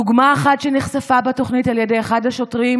דוגמה אחת שנחשפה בתוכנית על ידי אחד השוטרים